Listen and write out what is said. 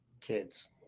Kids